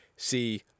See